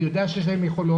אני יודע שיש להם יכולות.